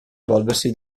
evolversi